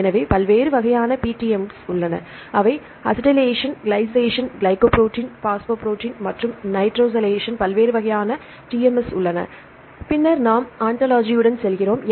எனவே பல்வேறு வகையான PTMs உள்ளன அவை அசிடைலேஷன் கிளைசேஷன் கிளைகோபுரோட்டீன் பாஸ்போபுரோட்டீன் மற்றும் நைட்ரோசைலேஷன் பல்வேறு வகையான TMs உள்ளன பின்னர் நாம் ஆன்டாலஜியுடன் செல்கிறோம்